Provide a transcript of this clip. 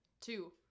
two